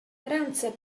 ręce